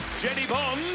jennie bond.